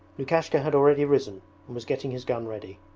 lukashka had already risen and was getting his gun ready.